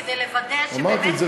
כדי לוודא שבאמת,